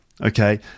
okay